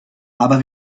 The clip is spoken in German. aber